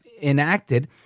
enacted